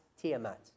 Tiamat